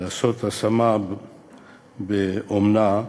להשמה באומנה,